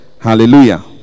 Hallelujah